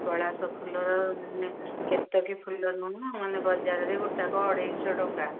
ପଳାଶ ଫୁଲର କେତକୀ ଫୁଲ ନୁହଁ ବଜାରରେ ଗୋଟାକ ଅଢ଼େଇଶ ଟଙ୍କା